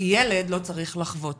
כי ילד לא צריך לחוות